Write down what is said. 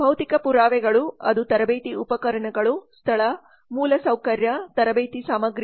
ಭೌತಿಕ ಪುರಾವೆಗಳು ಅದು ತರಬೇತಿ ಉಪಕರಣಗಳು ಸ್ಥಳ ಮೂಲಸೌಕರ್ಯ ತರಬೇತಿ ಸಾಮಗ್ರಿಗಳು